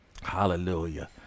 Hallelujah